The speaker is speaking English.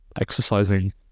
exercising